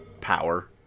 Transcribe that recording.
power